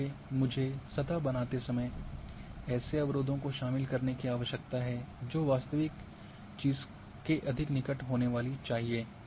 इसलिए मुझे सतह बनाते समय ऐसे अवरोधों को शामिल करने की आवश्यकता है जो वास्तविक चीज़ के अधिक निकट होने वाली चाहिए